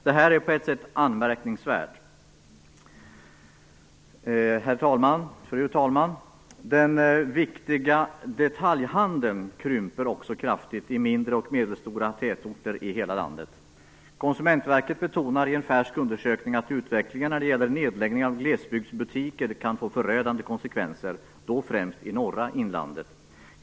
Det här är anmärkningsvärt. Fru talman! Den viktiga detaljhandeln krymper också kraftigt i mindre och medelstora tätorter i hela landet. Konsumentverket betonar i en färsk undersökning att utvecklingen när det gäller nedläggning av glesbygdsbutiker kan få förödande konsekvenser, främst i norra inlandet.